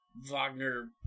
Wagner